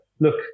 look